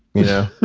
you know